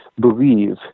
believe